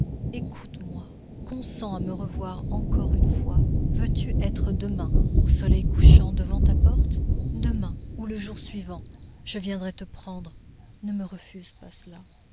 écoute-moi consens à me revoir encore une fois veux-tu être demain au soleil couchant devant ta porte demain ou le jour suivant je viendrai te prendre ne me refuse pas cela